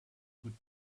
could